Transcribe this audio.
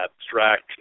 abstract